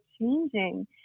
changing